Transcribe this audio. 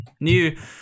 New